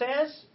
says